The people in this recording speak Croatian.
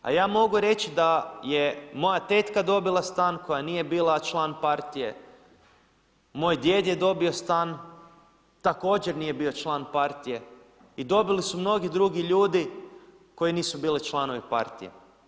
A ja mogu reći da je moja tetka dobila stan koja nije bila član partije, moj djed je dobio stan, također nije bio član partije i dobili su mnogi drugi ljudi koji nisu bili članovi partije.